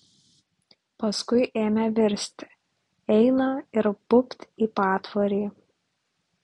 paskui ėmė virsti eina ir bubt į patvorį